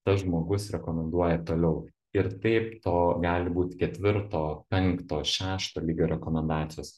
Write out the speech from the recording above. tas žmogus rekomenduoja toliau ir taip to gali būt ketvirto penkto šešto lygio rekomendacijos